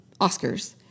Oscars